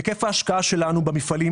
היקף ההשקעה שלנו במפעלים